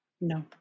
No